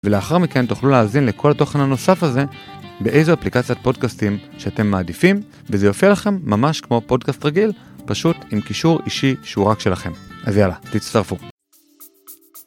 ולאחר מכן תוכלו להזין לכל התוכן הנוסף הזה באיזו אפליקציית פודקאסטים שאתם מעדיפים וזה יופיע לכם ממש כמו פודקאסט רגיל, פשוט עם קישור אישי שהוא רק שלכם. אז יאללה, תצטרפו.